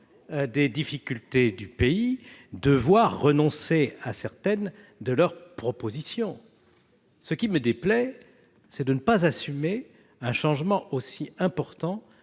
des difficultés du pays, devoir renoncer à certaines de leurs propositions. Ah bon ? Ce qui me déplaît, c'est le fait de ne pas assumer un changement aussi important